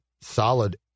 solid